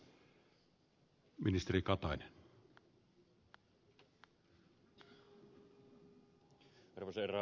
arvoisa herra puhemies